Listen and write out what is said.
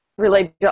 related